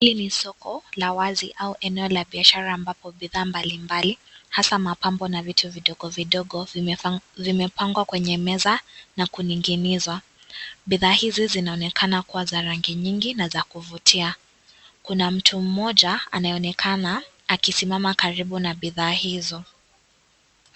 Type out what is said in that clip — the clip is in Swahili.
Hili ni soko la wazi au eneo la biashara ambapo bidhaa mbali mbali hasa mapambo na vitu vidogo vidogo vimepangwa kwenye meza na kuninginizwa. Bidhaa hizo zinaonekana kuwa ya rangi nyingi na za kuvutia. Kuna mtu moja anaonekana akisimama karibu na bidhaa hizo.